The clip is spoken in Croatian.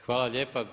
Hvala lijepa.